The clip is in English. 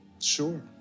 Sure